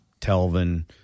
Telvin